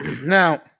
now